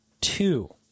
two